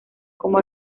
como